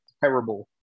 terrible